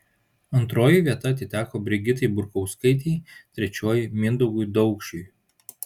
antroji vieta atiteko brigitai burkauskaitei trečioji mindaugui daukšiui